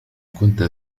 كنت